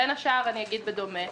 בין השאר, אני אגיד בדומה.